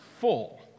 full